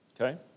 okay